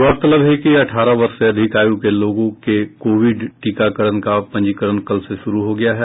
गौरतलब है कि अठारह वर्ष से अधिक आयु के लोगों के कोविड टीकाकरण का पंजीकरण कल से शुरू हो गया है